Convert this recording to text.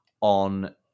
on